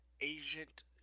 Agent